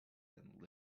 and